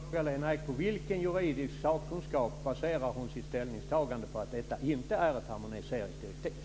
Fru talman! Jag vill då fråga Lena Ek på vilken juridisk sakkunskap hon baserar sitt ställningstagande att detta inte är ett harmoniseringsdirektiv.